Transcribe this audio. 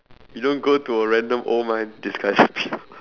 you don't go to a random old man and discuss